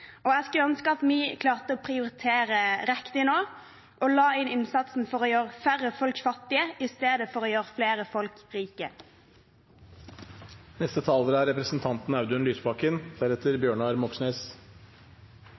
sammen. Jeg skulle ønske at vi klarte å prioritere riktig nå og la inn innsatsen for å gjøre færre folk fattige i stedet for å gjøre flere folk